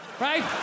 right